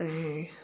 ऐं